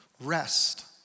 Rest